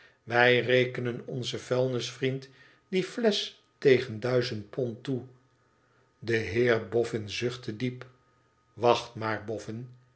wij rekenen onzen vuilnisvriend die flesch tegen duizend pond toe de heer boffin zuchtte diep wacht maar